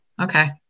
Okay